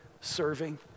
serving